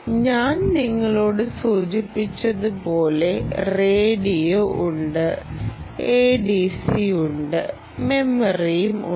ഞാൻ നിങ്ങളോട് സൂചിപ്പിച്ചതുപോലെ റേഡിയോ ഉണ്ട് ADC ഉണ്ട് മെമ്മറിയും ഉണ്ട്